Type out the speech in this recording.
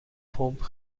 پمپ